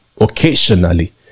Occasionally